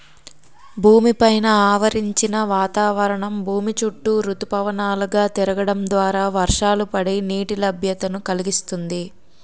భూమి పైన ఆవరించిన వాతావరణం భూమి చుట్టూ ఋతుపవనాలు గా తిరగడం ద్వారా వర్షాలు పడి, నీటి లభ్యతను కలిగిస్తుంది